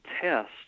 test